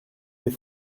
des